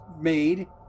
made